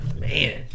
man